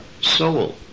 soul